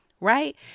right